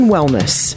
Wellness